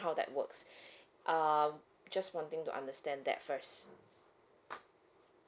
how that works um just wanting to understand that first